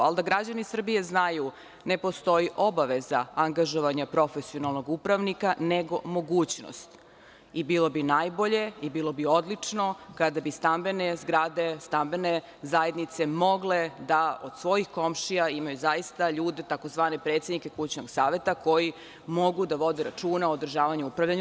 Ali, građani Srbije znaju ne postoji obaveza angažovanja profesionalnog upravnika, nego mogućnost i bilo bi najbolje, bilo bi odlično kada bi stambene zgrade, stambene zajednice mogle da od svojih komšija ima zaista ljude tzv. predsednike kućnog saveta koji mogu da vode računa o održavanju zgrade.